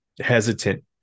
hesitant